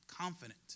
confident